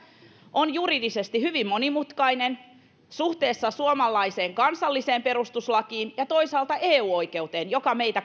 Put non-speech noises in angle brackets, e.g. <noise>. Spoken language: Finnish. on juridisesti hyvin monimutkainen suhteessa suomalaiseen kansalliseen perustuslakiin ja toisaalta eu oikeuteen joka meitä <unintelligible>